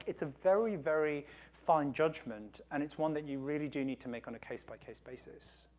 it's a very, very fine judgment, and it's one that you really do need to make on a case by case basis.